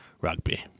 rugby